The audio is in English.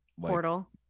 portal